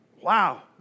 Wow